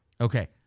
Okay